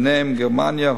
ביניהן גרמניה,